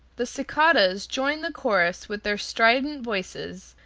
the cicadas join the chorus with their strident voices,